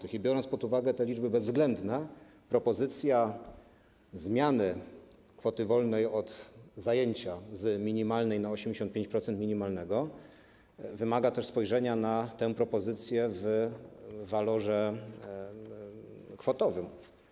I biorąc pod uwagę te liczby bezwzględne, propozycja obniżenia kwoty wolnej od zajęcia z minimalnej na 85% minimalnego wymaga też spojrzenia na tę propozycję w walorze kwotowym.